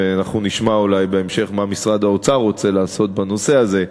ואנחנו נשמע אולי בהמשך מה משרד האוצר רוצה לעשות בנושא הזה,